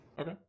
Okay